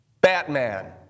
Batman